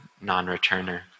non-returner